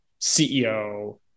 CEO